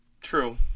True